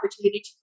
opportunity